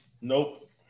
Nope